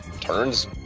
turns